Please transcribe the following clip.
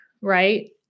right